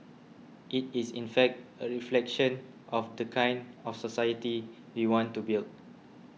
it is in fact a reflection of the kind of society we want to build